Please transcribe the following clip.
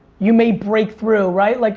you may break through right? like,